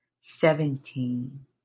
seventeen